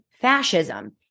fascism